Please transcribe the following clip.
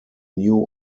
new